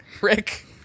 Rick